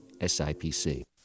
SIPC